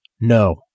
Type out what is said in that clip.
No